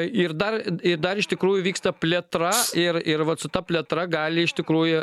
i ir dar ir dar iš tikrųjų vyksta plėtra ir ir vat su ta plėtra gali iš tikrųjų